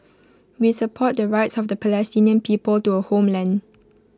we support the rights of the Palestinian people to A homeland